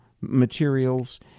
materials